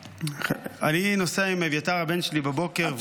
אני נוסע עם אביתר הבן שלי בבוקר --- עד